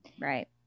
right